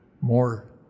more